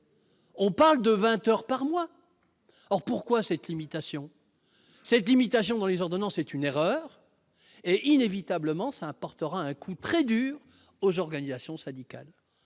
On parle de 20 heures par mois, alors pourquoi cette limitation cette limitation dans les ordonnances, est une erreur et inévitablement, ça apportera un coup très dur au jour ganisation syndical,